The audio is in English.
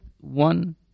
one